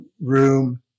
room